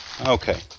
Okay